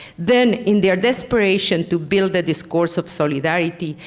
then in their desperation to build a discourse of solidarity,